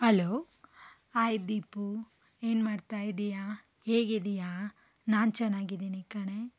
hello hi Deepu ಏನು ಮಾಡ್ತಾ ಇದ್ದೀಯ ಹೇಗಿದ್ದೀಯ ನಾನು ಚೆನ್ನಾಗಿದ್ದೀನಿ ಕಣೆ